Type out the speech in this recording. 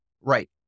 Right